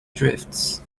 drifts